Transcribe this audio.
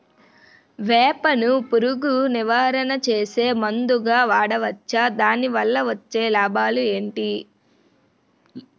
వేప ను పురుగు నివారణ చేసే మందుగా వాడవచ్చా? దాని వల్ల వచ్చే లాభాలు ఏంటి?